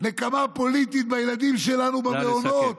נקמה פוליטית בילדים שלנו במעונות.